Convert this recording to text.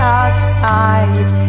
outside